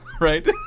right